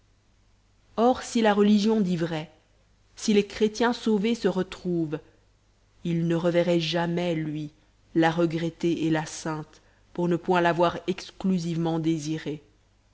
or si la religion dit vrai si les chrétiens sauvés se retrouvent il ne reverrait jamais lui la regrettée et la sainte pour ne point l'avoir exclusivement désirée